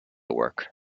work